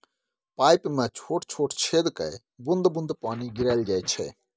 pipe मे छोट छोट छेद कए बुंद बुंद पानि गिराएल जाइ छै